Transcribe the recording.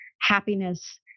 happiness